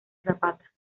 zapata